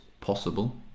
possible